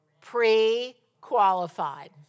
pre-qualified